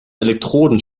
elektroden